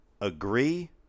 agree